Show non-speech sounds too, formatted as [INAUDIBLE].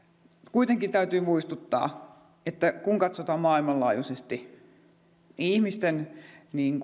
kuitenkin täytyy muistuttaa että kun katsotaan maailmanlaajuisesti niin [UNINTELLIGIBLE]